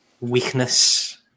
weakness